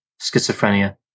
schizophrenia